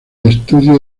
estudios